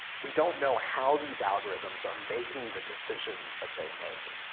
we don't know how these algorithms are making the decisions that they make.